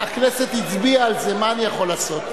הכנסת הצביעה על זה, מה אני יכול לעשות?